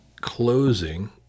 closing